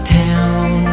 town